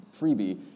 freebie